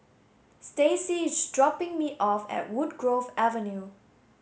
Stacey is dropping me off at Woodgrove Avenue